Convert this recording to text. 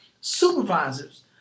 supervisors